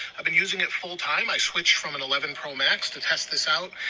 i've been using it full time. i switched from an eleven pro max to test this out.